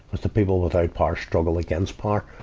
but the people without power struggle against power.